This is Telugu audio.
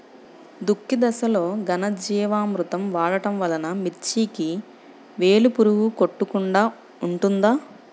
దుక్కి దశలో ఘనజీవామృతం వాడటం వలన మిర్చికి వేలు పురుగు కొట్టకుండా ఉంటుంది?